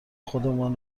خودمان